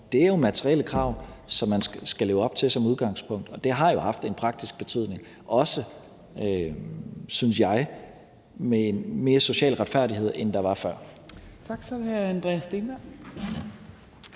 er jo materielle krav, som man som udgangspunkt skal leve op til. Det har jo haft en praktisk betydning og har også, synes jeg, skabt mere social retfærdighed, end der var før.